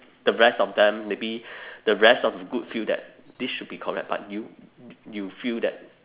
the rest of them maybe the rest of the group feel that this should be correct but you you feel that